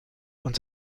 und